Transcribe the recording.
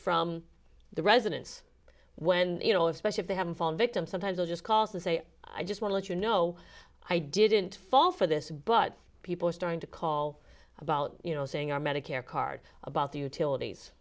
from the residence when you know especially if they have fallen victim sometimes they'll just calls and say i just want you know i didn't fall for this but people are starting to call about you know saying our medicare card about the utilities